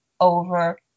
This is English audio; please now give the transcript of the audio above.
over